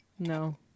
No